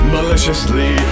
Maliciously